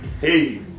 Hey